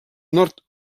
nord